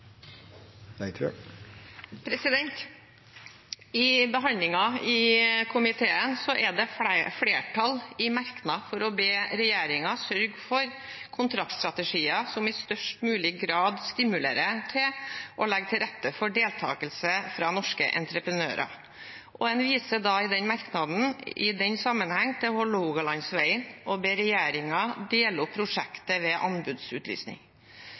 å be regjeringen sørge for kontraktstrategier som i størst mulig grad stimulerer til å legge til rette for deltakelse fra norske entreprenører. En viser i den sammenheng i merknaden til Hålogalandsvegen ber regjeringen dele opp prosjektet ved anbudsutlysning,